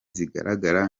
zigaragara